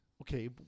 Okay